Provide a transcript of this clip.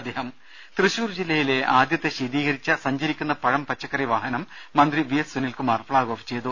ദേദ തൃശൂർജില്ലയിലെ ആദ്യത്തെ ശീതീകരിച്ച സഞ്ചരിക്കുന്ന പഴം പച്ചക്കറി വാഹനം മന്ത്രി V S Sunilkumar flag off ചെയ്തു